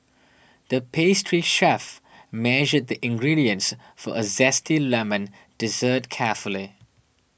the pastry chef measured the ingredients for a Zesty Lemon Dessert carefully